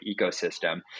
ecosystem